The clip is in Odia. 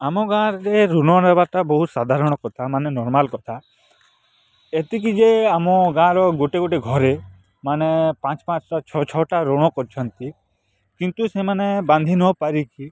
ଆମ ଗାଁରେ ଋଣ ନେବାଟା ସାଧାରଣ କଥା ମାନେ ନର୍ମାଲ୍ କଥା ଏତିକିଯେ ଆମ ଗାଁର ଗୋଟେ ଗୋଟେ ଘରେ ମାନେ ପାଞ୍ଚ୍ ପାଞ୍ଚ୍ଟା ଛଅ ଛଅଟା ଋଣ କରିଛନ୍ତି କିନ୍ତୁ ସେମାନେ ବାନ୍ଧି ନପାରିକି